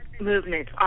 movement